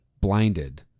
blinded